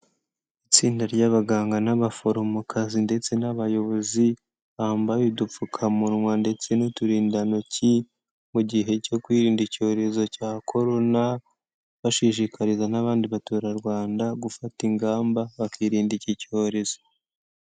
Itsinda ry'abaganga n'abaforomokazi ndetse n'abayobozi bambaye udupfukamunwa ndetse n'uturindantoki mu gihe cyo kwirinda icyorezo cya Korona, bashishikariza n'abandi baturaRwanda gufata ingamba bakirinda iki cyorezo.